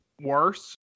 worse